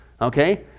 okay